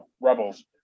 rebels